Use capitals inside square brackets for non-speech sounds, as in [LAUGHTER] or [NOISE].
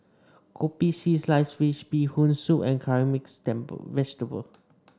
Kopi C Sliced Fish Bee Hoon Soup and Curry Mixed [UNINTELLIGIBLE] Vegetable